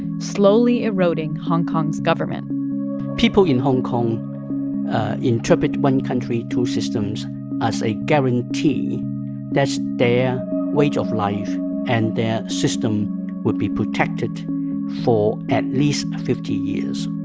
slowly eroding hong kong's government people in hong kong interpret one country, two systems as a guarantee that their way of life and their system would be protected for at least fifty years.